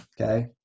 Okay